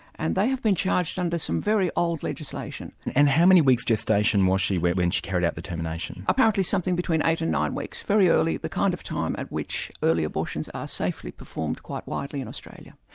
and they have been charged under some very old legislation. and how many weeks gestation was she when when she carried out the termination? apparently something between eight and nine weeks, very early, the kind of time at which early abortions are safely performed quite widely in australia.